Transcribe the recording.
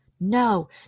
no